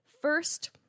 first